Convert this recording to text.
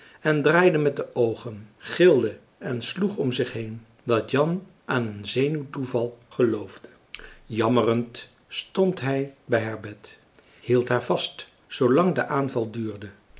en draaide met de oogen gilde en sloeg om zich heen dat jan aan een zenuwtoeval geloofde jammerend stond hij bij haar bed hield haar vast zoolang de aanval duurde